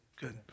Good